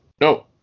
No